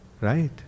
Right